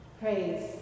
Praise